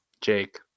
Jake